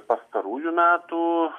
pastarųjų metų